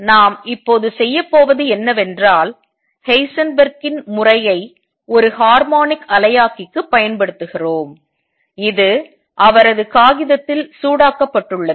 நாம் இப்போது செய்யப் போவது என்னவென்றால் ஹெய்சன்பெர்க்கின் முறையை ஒரு ஹார்மோனிக் அலையாக்கிக்கு பயன்படுத்துகிறோம் இது அவரது காகிதத்தில் சூடாக்கப்பட்டுள்ளது